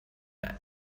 man